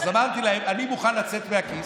אז אמרתי להם: אני מוכן לצאת מהכיס,